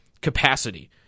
capacity